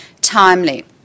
timely